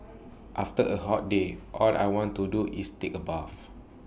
after A hot day all I want to do is take A bath